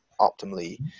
optimally